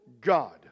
God